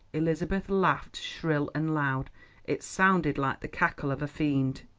elizabeth laughed shrill and loud it sounded like the cackle of a fiend.